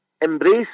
embrace